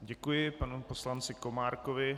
Děkuji panu poslanci Komárkovi.